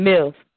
Mills